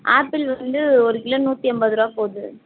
apple வந்து ஒரு kilo நூற்றி ஐம்பது ரூபாய் போகுது